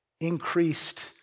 increased